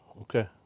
Okay